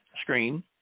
screen